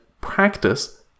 practice